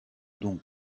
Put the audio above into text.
donc